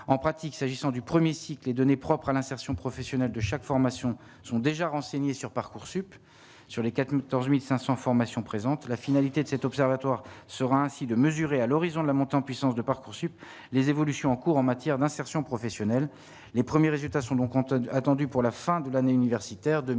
en pratique, s'agissant du 1er cycle et données propres à l'insertion professionnelle de chaque formation se sont déjà renseignés sur Parcoursup sur les quatre Muttenz 1500 formations présentes la finalité de cet observatoire sera ainsi de mesurer à l'horizon de la montée en puissance de Parcoursup les évolutions en cours en matière d'insertion professionnelle, les premiers résultats sont donc on tonnes attendue pour la fin de l'année universitaire 2020,